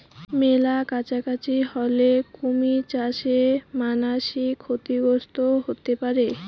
মেলা কাছাকাছি হলে কুমির চাষে মানাসি ক্ষতিগ্রস্ত হতে পারে